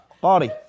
body